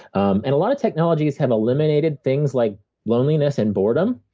um and a lot of technologies have eliminated things like loneliness and boredom,